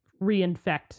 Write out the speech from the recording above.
reinfect